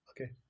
Okay